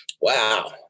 Wow